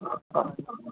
ആ